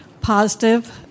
positive